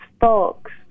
folks